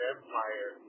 Empire